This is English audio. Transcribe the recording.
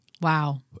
Wow